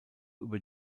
über